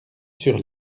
sur